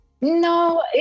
No